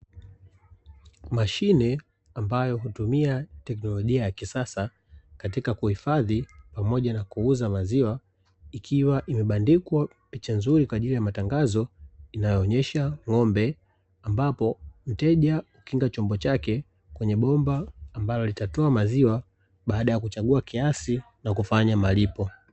Mashine ambayo hutumia teknolojia ya kisasa katika kuhifadhi pamoja na kuuza maziwa, ikiwa imebandikwa picha nzuri kwa ajili ya matangazo, inayoonyesha ng'ombe, ambapo mteja hukinga chombo chake kwenye bomba ambalo litatoa maziwa baada ya kuchagua kiasi na kufanya malipo.